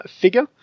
figure